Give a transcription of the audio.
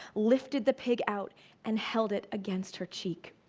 lifted the pig out and held it against her cheek.